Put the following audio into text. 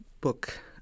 book